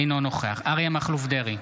אינו נוכח אריה מכלוף דרעי,